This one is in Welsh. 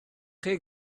chi